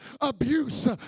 abuse